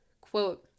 Quote